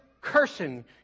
Cursing